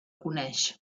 coneix